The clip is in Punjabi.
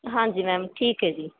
ਹਾਂਜੀ ਮੈਮ ਠੀਕ ਹੈ ਜੀ